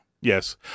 Yes